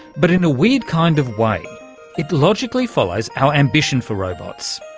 but in a weird kind of way it logically follows our ambition for robots.